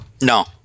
No